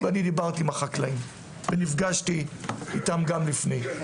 דיברתי עם החקלאים ונפגשתי איתם לפני.